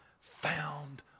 found